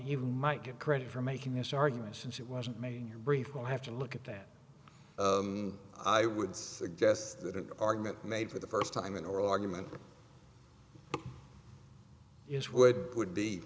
even might get credit for making this argument since it wasn't made in your brief we'll have to look at that i would suggest that an argument made for the first time an oral argument is what would be